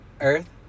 Earth